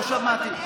לא שמעתי.